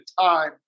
time